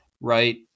right